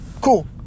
Cool